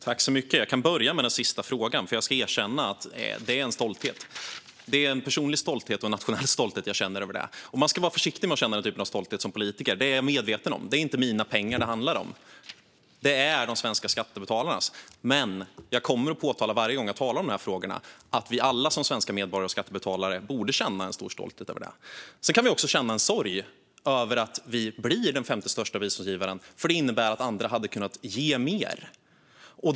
Fru talman! Jag kan börja med den sista frågan, för jag ska erkänna att det är en stolthet. Jag känner en personlig stolthet och en nationell stolthet över det. Man ska vara försiktig med att känna den typen av stolthet som politiker; det är jag medveten om. Det är inte mina pengar det handlar om, utan det är de svenska skattebetalarnas. Men varje gång jag talar om de här frågorna kommer jag att påstå att vi alla som svenska medborgare och skattebetalare borde känna en stor stolthet över det. Sedan kan vi också känna en sorg över att vi blir den femte största biståndsgivaren, för det innebär att andra hade kunnat ge mer.